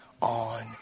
on